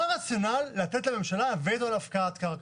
מה הרציונל לתת לממשלה וטו על הפקעת קרקע?